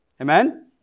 Amen